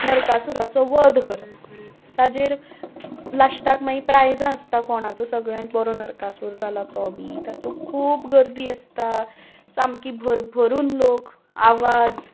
नरकासूराचो वध करप ताजेर लास्टाक मागीर प्रायजां आसता कोणाचो सगळ्यांत बरो नरकासूर जाला तो बी तातूंत खूब गर्दी आसता सामकी भरभरून लोक आवाज